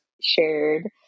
shared